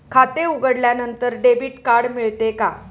खाते उघडल्यानंतर debit card मिळते का?